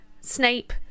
Snape